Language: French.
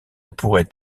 pourrait